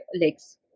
legs